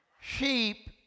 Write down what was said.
Sheep